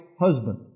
husband